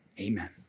Amen